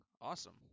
awesome